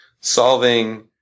solving